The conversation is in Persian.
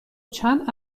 چند